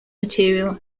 material